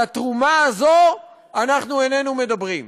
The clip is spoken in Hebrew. על התרומה הזאת אנחנו איננו מדברים,